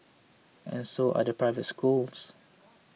and so are the private schools